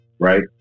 Right